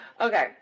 okay